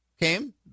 came